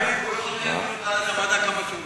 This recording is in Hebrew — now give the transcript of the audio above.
הוא יכול לקיים דיונים בוועדת המדע כמה שהוא רוצה.